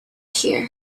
here